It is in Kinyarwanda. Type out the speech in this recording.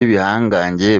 b’ibihangange